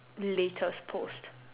latest post